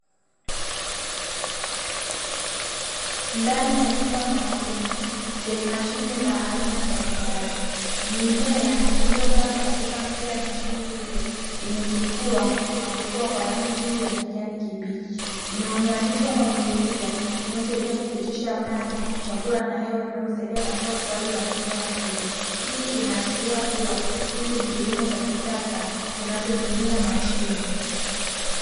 Ndani ya chumba maalumu chenye mashine za aina mbalimbali; mimea iliyopandwa katika moja ya mashine hizo imechipua na kukua kwa rangi nzuri ya kijani kibichi. Imeunganishwa kwa mirija inayosaidia kupitisha maji, chakula na hewa, vinavyosaidia katika ukuaji wa mimea hiyo. Hii inaashiria kuwa hichi ni kilimo cha kisasa kinachotumia mashine.